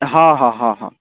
हँ हँ हँ हँ